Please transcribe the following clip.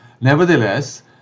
Nevertheless